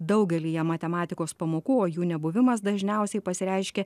daugelyje matematikos pamokų o jų nebuvimas dažniausiai pasireiškia